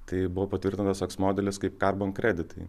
tai buvo patvirtintas toks modelis kaip kabant kreditai